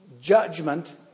judgment